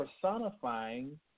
personifying